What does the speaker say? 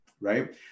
right